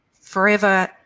forever